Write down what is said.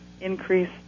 increase